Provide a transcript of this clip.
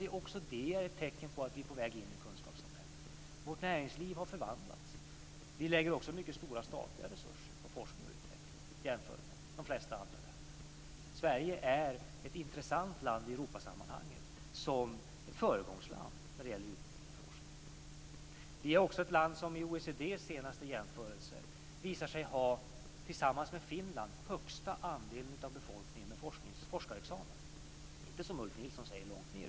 Men också det är ett tecken på att vi är på väg in i kunskapssamhället. Vårt näringsliv har förvandlats. Vi lägger också mycket stora statliga resurser på forskning och utveckling jämfört med de flesta andra länder. Sverige är ett intressant land i Europasammanhang som ett föregångsland när det gäller utbildning och forskning. Vi är också ett land som i OECD:s senaste jämförelse, tillsammans med Finland, visar sig ha den högsta andelen av befolkningen med forskarexamen. Det är inte som Ulf Nilsson säger, att vi ligger långt ned.